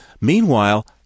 Meanwhile